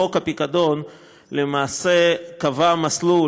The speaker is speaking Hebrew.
חוק הפיקדון למעשה קבע מסלול,